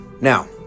Now